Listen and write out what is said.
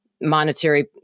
monetary